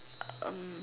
um